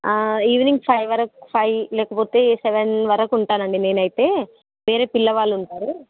evening five వరకు five లేకపోతే seven వరకు ఉంటానండి నేనైతే వేరే పిల్లవాళ్ళు ఉంటారు